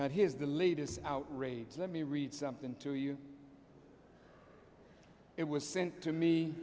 here's the latest outrage let me read something to you it was sent to me